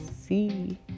see